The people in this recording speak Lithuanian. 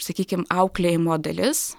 sakykim auklėjimo dalis